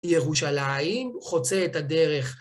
ירושלים, הוא חוצה את הדרך.